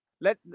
Let